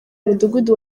mudugudu